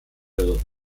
hill